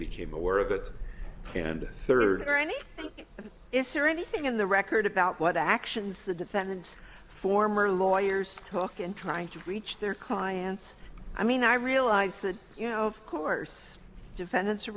became aware of it and third any is there anything in the record about what actions the defendants former lawyers talk in trying to reach their clients i mean i realize that you know of course defendants are